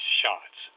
shots